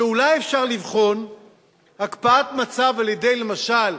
ואולי אפשר לבחון הקפאת מצב על-ידי, למשל,